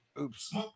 Oops